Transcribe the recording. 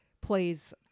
plays